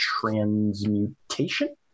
transmutation